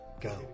Go